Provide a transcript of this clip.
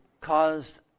caused